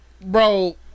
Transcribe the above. bro